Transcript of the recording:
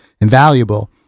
invaluable